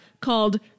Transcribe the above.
called